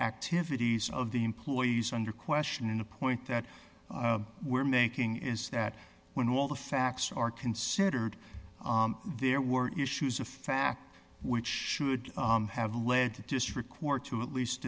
activities of the employees under question in the point that we're making is that when all the facts are considered there were issues of fact which should have led to this record to at least